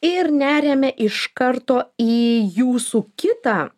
ir neriame iš karto į jūsų kitą